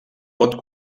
pot